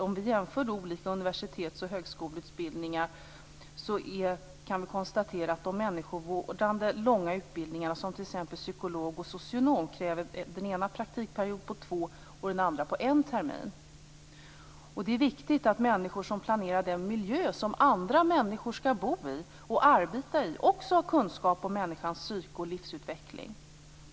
Om vi jämför olika universitets och högskoleutbildningar, kan vi konstatera att de människovårdande, långa utbildningarna som t.ex. psykolog och socionom kräver praktikperioder på för den ena utbildningen två terminer och för den andra en termin. Det är viktigt att de som planerar den miljö som andra människor skall bo och arbeta i också har kunskap om människans psyke och livsutveckling.